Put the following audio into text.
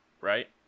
right